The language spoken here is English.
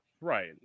Right